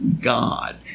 God